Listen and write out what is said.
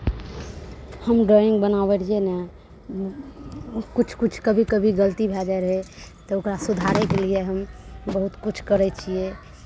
हम ड्राइंग बनाबै रहियै ने ओ किछु किछु कभी कभी गलती भए जाइ रहै तऽ ओकरा सुधारैके लिए हम बहुत किछु करै छियै